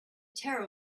terror